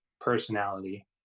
personality